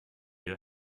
your